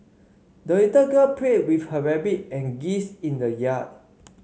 the little girl played with her rabbit and geese in the yard